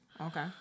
Okay